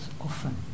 often